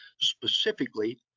specifically